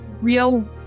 real